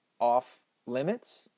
off-limits